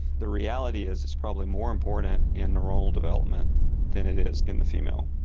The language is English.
the reality is it's probably more important in neuronal development than it is in the female.